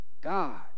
God